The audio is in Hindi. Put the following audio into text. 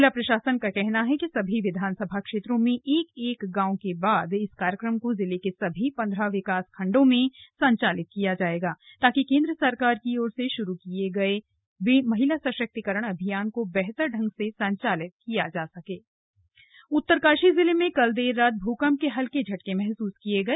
जिला प्रशासन का कहना है कि सभी विधानसभा क्षेत्रों के एक एक गांव के बाद इस कार्यक्रम को जिले के सभी पन्द्रह विकासखण्डों में संचालित किया जाएगा ताकि केंद्र सरकार की ओर से श्रू किये गये महिला सशक्तिकरण अभियान को बेहतर ढंग से संचालित किया जा सके उत्तरकाशी भुकंप उत्तरकाशी जिले में कल देर रात भूकंप के हल्के झटके महसूस किए गए